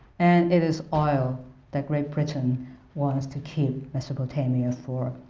and it is oil that great britain wants to keep mesopotamia for,